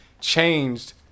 changed